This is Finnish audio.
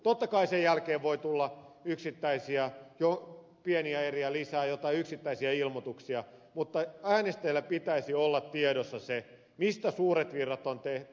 totta kai sen jälkeen voi tulla yksittäisiä pieniä eriä lisää joitain yksittäisiä ilmoituksia mutta äänestäjillä pitäisi olla tiedossa se mistä suuret virrat on tehty